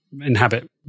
inhabit